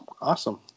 Awesome